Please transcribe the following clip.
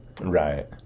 Right